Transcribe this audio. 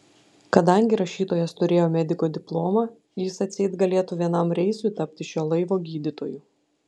kadangi rašytojas turėjo mediko diplomą jis atseit galėtų vienam reisui tapti šio laivo gydytoju